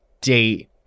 date